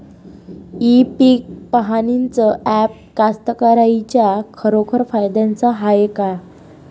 इ पीक पहानीचं ॲप कास्तकाराइच्या खरोखर फायद्याचं हाये का?